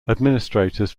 administrators